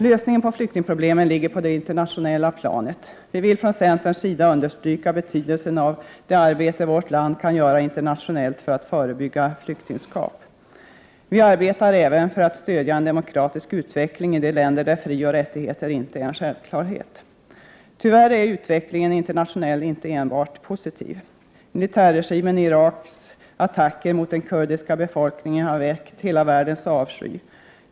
Lösningen på flyktingproblemen ligger på det internationella planet. Vi vill från centerns sida understryka betydelsen av det arbete vårt land kan göra internationellt för att förebygga flyktingskap. Vi arbetar även för att stödja en demokratisk utveckling i de länder där frioch rättigheter inte är en självklarhet. Tyvärr är utvecklingen internationellt inte enbart positiv. Militärregimens i Irak attacker mot den kurdiska befolkningen har väckt hela världens avsky.